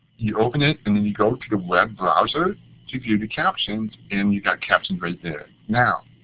you open it and and you go to the web browser to view the captions, and you've got captions right there. now,